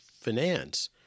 finance